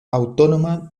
autónoma